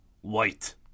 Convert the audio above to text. White